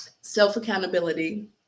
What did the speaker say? Self-accountability